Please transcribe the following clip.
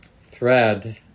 thread